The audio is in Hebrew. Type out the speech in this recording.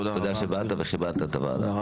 תודה שבאת וכיבדת את הוועדה.